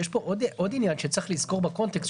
יש פה עוד עניין שצריך לזכור בקונטקסט.